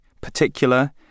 Particular